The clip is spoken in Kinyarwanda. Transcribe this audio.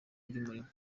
ry’umurimo